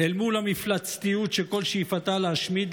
אל מול המפלצתיות שכל שאיפתה להשמיד,